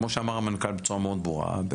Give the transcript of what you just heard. כמו שאמר המנכ"ל בצורה מאוד ברורה,